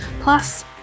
Plus